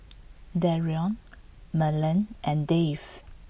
Dereon Merlene and Dave